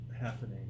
happening